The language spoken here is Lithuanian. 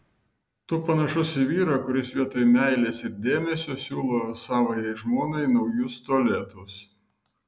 tu panašus į vyrą kuris vietoj meilės ir dėmesio siūlo savajai žmonai naujus tualetus